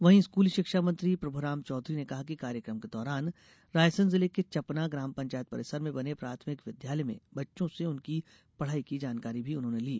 वहीं स्कूली शिक्षा मंत्री प्रभुराम चौधरी ने एक कार्यक्रम के दौरान रायसेन जिले के चपना ग्रामपंचायत परिसर में बने प्राथमिक विद्यालय में बच्चों से उनकी पढ़ाई की जानकारी ली